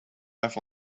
have